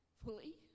fully